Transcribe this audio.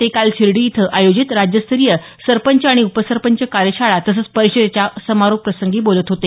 ते काल शिर्डी इथं आयोजित राज्यस्तरीय सरपंच आणि उपसरपंच कार्यशाळा तसंच परिषदेच्या समारोपप्रसंगी बोलत होते